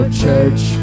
church